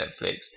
Netflix